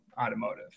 Automotive